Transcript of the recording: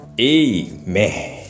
Amen